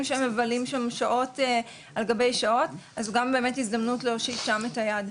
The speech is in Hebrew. שמבלים שם שעות על גבי שעות אז זו גם באמת הזדמנות להושיט שם את היד.